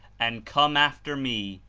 and come after me,